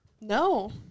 No